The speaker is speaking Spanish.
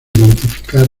identificar